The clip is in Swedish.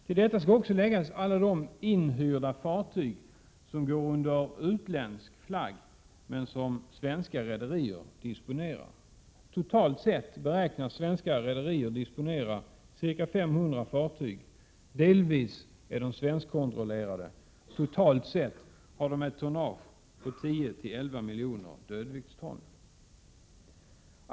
Till detta skall också läggas alla de inhyrda fartyg som går under utländsk flagg men som svenska rederier disponerar. Totalt disponerar svenska rederier ca 500 fartyg, som delvis är svenskkontrollerade. Totalt sett har de ett tonnage på 10-11 miljoner dödvikston.